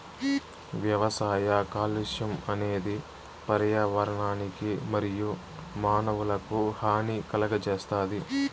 వ్యవసాయ కాలుష్యం అనేది పర్యావరణానికి మరియు మానవులకు హాని కలుగజేస్తాది